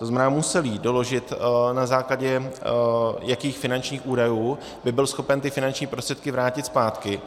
To znamená, musel jí doložit, na základě jakých finančních údajů by byl schopen ty finanční prostředky vrátit zpátky.